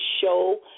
show